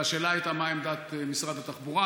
והשאלה הייתה מה עמדת משרד התחבורה.